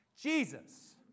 Jesus